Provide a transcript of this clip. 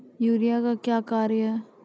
Urea का क्या कार्य हैं?